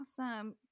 Awesome